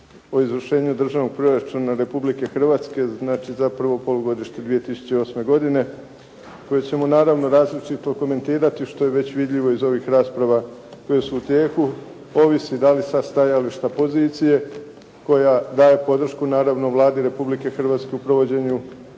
o izvršenju državnog proračuna Republike Hrvatske znači za prvo polugodište 2008. godine koje ćemo naravno različito komentirati što je već vidljivo iz ovih rasprava koje su u tijeku. Ovisi da li sa stajališta pozicije koja daje podršku naravno Vladi Republike Hrvatske u provođenju